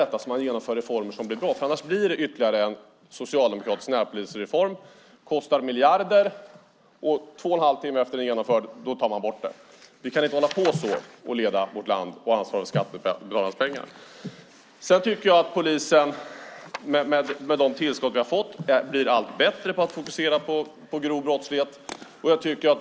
Det gäller att genomföra reformer som blir bra, för annars blir det ytterligare en socialdemokratisk närpolisreform som kostar miljarder. Två och en halv timme efter det att den genomförts tar man bort den. Vi kan inte hålla på så när vi leder vårt land och har ansvar för skattebetalarnas pengar. Med de tillskott vi har fått blir, tycker jag, polisen allt bättre på att fokusera på den grova brottsligheten.